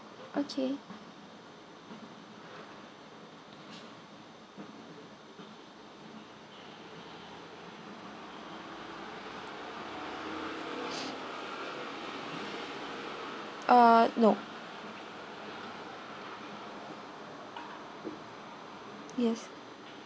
okay uh no yes